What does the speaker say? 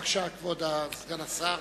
בבקשה, כבוד סגן השר.